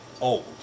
old